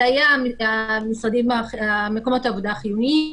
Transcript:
זה היה מקומות העבודה החיוניים,